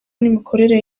n’imikorere